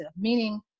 Meaning